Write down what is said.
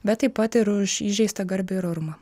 bet taip pat ir už įžeistą garbę ir orumą